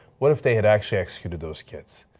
what if they had actually executed those kids?